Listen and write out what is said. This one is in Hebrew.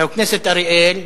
חבר הכנסת אריאל,